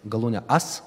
galūnę as